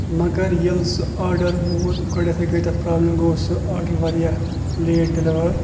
مَگر ییٚلہِ سُہ آرڈر ووٚت گۄڈٕنیتھٕے گٔیے تَتھ پرابلِم گوٚو سُہ آرڈر واریاہ لیٹ ڈیلِور